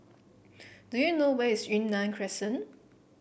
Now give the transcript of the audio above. do you know where is Yunnan Crescent